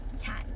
Time